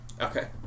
Okay